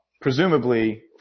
Presumably